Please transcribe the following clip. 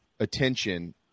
attention